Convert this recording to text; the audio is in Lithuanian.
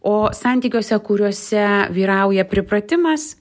o santykiuose kuriuose vyrauja pripratimas